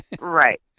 Right